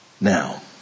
Now